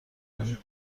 کنیم